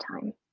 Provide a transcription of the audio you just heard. time